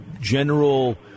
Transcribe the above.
general